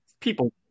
People